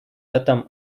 этом